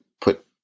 put